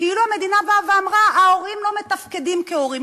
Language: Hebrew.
כאילו המדינה באה ואמרה: ההורים לא מתפקדים כהורים,